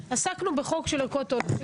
עסקנו בחוק של ערכות אונס.